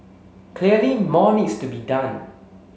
clearly more needs to be done